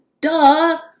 duh